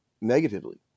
negatively